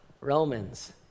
Romans